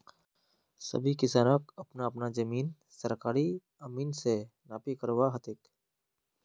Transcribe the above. सभी किसानक अपना अपना जमीन सरकारी अमीन स नापी करवा ह तेक